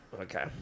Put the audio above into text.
Okay